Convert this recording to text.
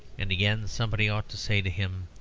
and again somebody ought to say to him,